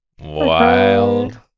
wild